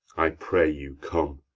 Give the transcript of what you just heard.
i pray you, come.